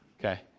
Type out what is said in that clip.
Okay